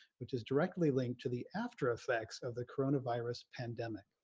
which is directly linked to the after-effects of the corona virus pandemic